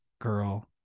girl